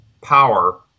power